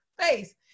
face